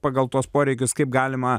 pagal tuos poreikius kaip galima